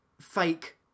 fake